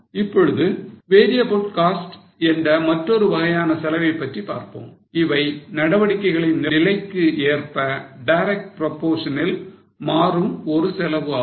இப்பொழுது variable cost என்ற மற்றொரு வகையான செலவை பற்றி பார்ப்போம் இவை நடவடிக்கைகளின் நிலைக்கு ஏற்ப direct proportion னில் மாறும் ஒரு செலவு ஆகும்